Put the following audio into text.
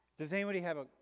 does anybody have a,